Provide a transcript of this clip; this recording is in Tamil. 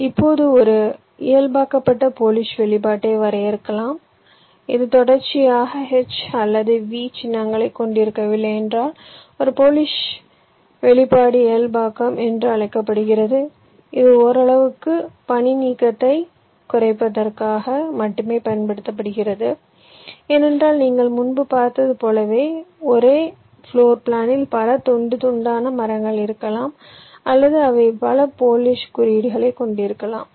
இப்போது ஒரு இயல்பாக்கப்பட்ட போலிஷ் வெளிப்பாட்டை வரையறுக்கவும் இது தொடர்ச்சியான H அல்லது V சின்னங்களைக் கொண்டிருக்கவில்லை என்றால் ஒரு போலிஷ் வெளிப்பாடு இயல்பாக்கம் என்று அழைக்கப்படுகிறது இது ஓரளவு பணிநீக்கத்தைக் குறைப்பதற்காக மட்டுமே பயன்படுத்தப்படுகிறது ஏனென்றால் நீங்கள் முன்பு பார்த்தது போலவே ஒரே பிளோர் பிளானில் பல துண்டு துண்டான மரங்கள் இருக்கலாம் அல்லது அவை பல போலிஷ் குறியீடுகளைக் கொண்டிருக்கலாம்